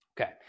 Okay